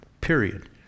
period